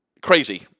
crazy